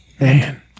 Man